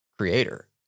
creator